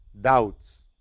doubts